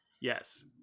Yes